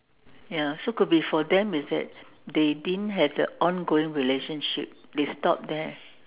ya so could be for them is that they didn't have the ongoing relationship they stop there